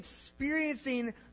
experiencing